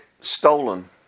stolen